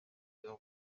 prises